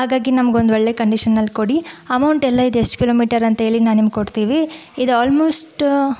ಹಾಗಾಗಿ ನಮ್ಗೊಂದು ಒಳ್ಳೆ ಕಂಡೀಷನಲ್ಲಿ ಕೊಡಿ ಅಮೌಂಟೆಲ್ಲ ಇದು ಎಷ್ಟು ಕಿಲೋಮೀಟರ್ ಅಂತೇಳಿ ನಾವು ನಿಮ್ಗೆ ಕೊಡ್ತೀವಿ ಇದು ಆಲ್ಮೋಸ್ಟ್